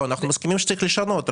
אנחנו מסכימים שצריך לשנות,